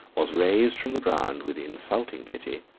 was raised from the ground with insulting pity,